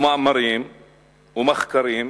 ומאמרים ומחקרים,